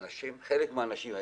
וחלק מהאנשים,